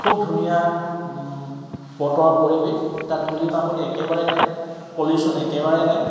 খুব ধুনীয়া বতৰ পৰিৱেশ তাত ধূলি মাকতি একেবাৰে নাই পল্যুশ্যন একেবাৰে নাই